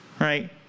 Right